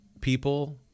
people